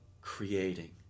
creating